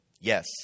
Yes